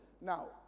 Now